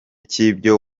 cy’ibyo